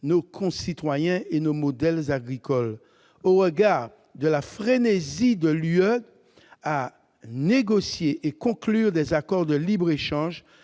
nos concitoyens et nos modèles agricoles, au regard de la frénésie de l'Union européenne à négocier et à conclure des accords de libre-échange